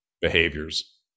behaviors